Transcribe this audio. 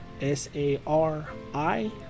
S-A-R-I